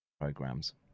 programs